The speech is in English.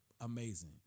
amazing